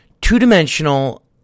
Two-dimensional